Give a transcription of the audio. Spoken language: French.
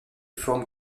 forme